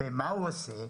מה הוא עושה?